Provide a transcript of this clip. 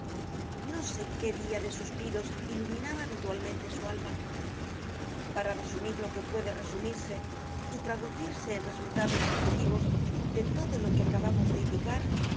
no sé qué dia de suspiros iluminaba habitualmente su alma para resumir lo que puede resumirse y traducirse en resultados positivos de todo lo que acabamos de indicar